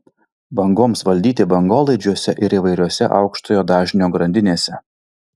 bangoms valdyti bangolaidžiuose ir įvairiose aukštojo dažnio grandinėse